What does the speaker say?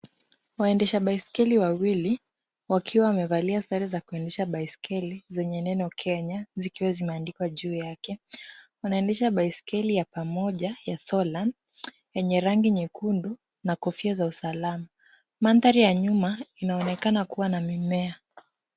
Waendesha baiskeli wawili wakiwa wamevalia sare za kuendesha baiskeli zenye neno Kenya, zikiwa zimeandikwa juu yake. Wanaendesha baiskeli ya pamoja ya solar yenye rangi jekundu na kofia za usalama. Mandhari ya nyuma inaonekana kuwa na mimea.